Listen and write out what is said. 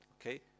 okay